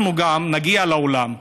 אנחנו גם נגיע לעולם.